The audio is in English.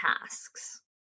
tasks